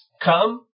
come